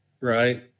right